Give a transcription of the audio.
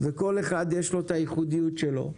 לכל אחד יש את הייחודיות שלו.